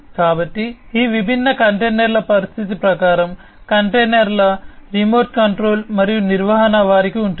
కాబట్టి ఈ విభిన్న కంటైనర్ల పరిస్థితి ప్రకారం కంటైనర్ల రిమోట్ కంట్రోల్ మరియు నిర్వహణ వారికి ఉంటుంది